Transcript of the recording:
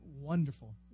Wonderful